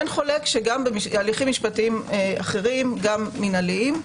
אין חולק שגם בהליכים משפטים אחרים גם מינהליים,